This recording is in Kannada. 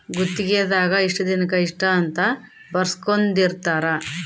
ಗುತ್ತಿಗೆ ದಾಗ ಇಷ್ಟ ದಿನಕ ಇಷ್ಟ ಅಂತ ಬರ್ಸ್ಕೊಂದಿರ್ತರ